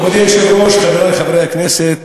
מכובדי שבראש, חברי חברי הכנסת,